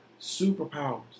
superpowers